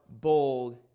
bold